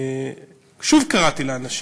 שוב קראתי לאנשים,